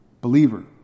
believer